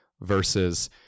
versus